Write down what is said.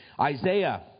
Isaiah